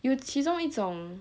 有其中一种